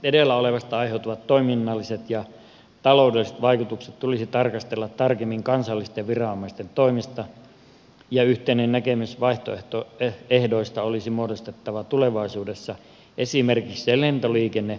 edellä olevasta aiheutuvat toiminnalliset ja taloudelliset vaikutukset tulisi tarkastella tarkemmin kansallisten viranomaisten toimesta ja yhteinen näkemys vaihtoehdoista olisi muodostettava tulevaisuudessa esimerkiksi lentoliikennestrategiatyöhön liittyen